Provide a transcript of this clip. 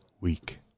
week